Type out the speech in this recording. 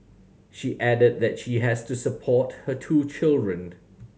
she added that she has to support her two children